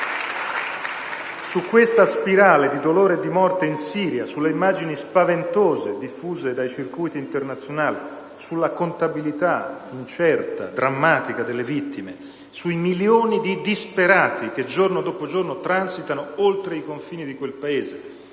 Su questa spirale di dolore e di morte in Siria, sulle immagini spaventose diffuse dai circuiti internazionali, sulla contabilità incerta e drammatica delle vittime, sui milioni di disperati che giorno dopo giorno transitano oltre i confini di quel Paese,